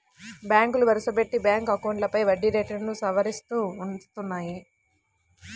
బ్యాంకులు వరుసపెట్టి బ్యాంక్ అకౌంట్లపై వడ్డీ రేట్లను సవరిస్తూ వస్తున్నాయి